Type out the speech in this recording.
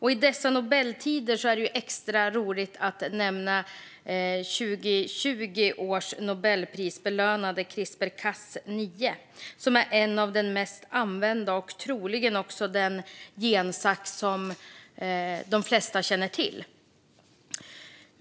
I dessa Nobeltider är det förstås extra roligt att nämna 2020 års Nobelprisbelönade CRISPR-Cas9, som är en av de mest använda gensaxarna och troligen också den som de flesta känner till.